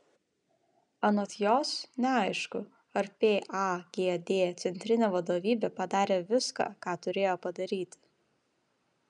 anot jos neaišku ar pagd centrinė vadovybė padarė viską ką turėjo padaryti